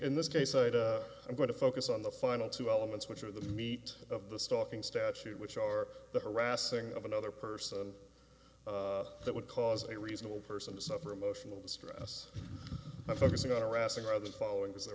in this case i'm going to focus on the final two elements which are the meat of the stalking statute which are the harassing of another person that would cause a reasonable person to suffer emotional distress of focusing on harassing rather following was there